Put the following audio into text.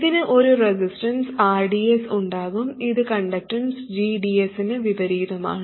ഇതിന് ഒരു resistance rds ഉണ്ടാകും ഇത് കണ്ടക്ടൻസ് gds ന് വിപരീതമാണ്